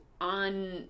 on